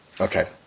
Okay